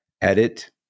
edit